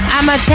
I'ma